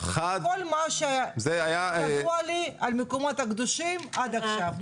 מכל מה שידוע לי על המקומות הקדושים עד עכשיו,